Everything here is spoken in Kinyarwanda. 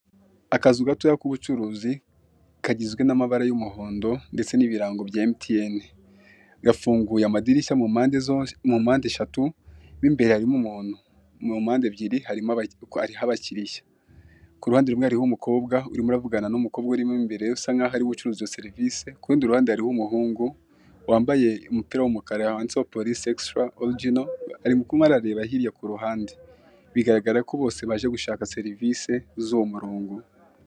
Akazu gatoya k'ubucuruzi kagizwe n'amabara y'umuhondo ndetse n'ibirango bya Emutiyeni. Gafunguye amadirishya mu mpande eshatu, mo imbere harimo umuntu. Mu mpande ebyiri hariho abakiriya. Ku ruhande rumwe hariho umukobwa, urimo uravugana n'umukobwa urimo imbere usa nk'aho ari we uracuruza iyo serivisi. Ku rundi ruhande hariho umuhungu wambaye umupira w'umukara wanditseho polisi ekisitara origino, arimo arareba hirya ku ruhande. Bigaragara ko bose baje serivisi z'uwo murongo.